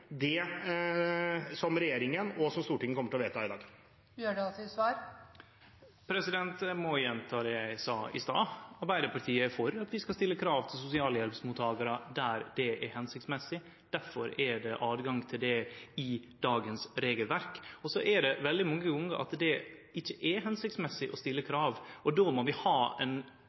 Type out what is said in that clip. det som regjeringen foreslår, og som Stortinget kommer til å vedta i dag? Eg må gjenta det eg sa i stad: Arbeidarpartiet er for å stille krav til sosialhjelpsmottakarar der det er hensiktsmessig. Difor er det høve til det i regelverket i dag. Veldig mange gonger er det ikkje hensiktsmessig å stille